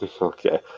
okay